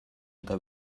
eta